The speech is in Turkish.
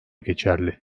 geçerli